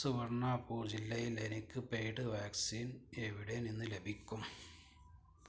സുബർണാപൂർ ജില്ലയിലെനിക്ക് paid vaccine എവിടെ നിന്ന് ലഭിക്കും